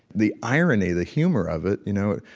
the irony, the humor of it, you know,